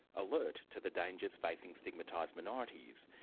alert to the dangers facing stigmatised minorities,